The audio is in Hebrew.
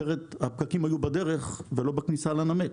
אחרת הפקקים היו בדרך ולא בכניסה לנמל.